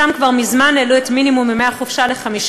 שם כבר מזמן העלו את מינימום ימי החופשה ל-15